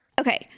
Okay